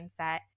mindset